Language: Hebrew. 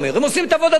הם עושים את עבודתם.